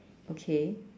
okay